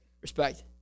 Respect